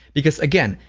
because, again,